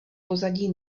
pozadí